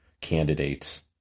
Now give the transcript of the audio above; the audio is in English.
candidates